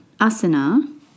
asana